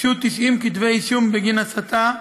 הוגשו 90 כתבי-אישום בגין הסתה.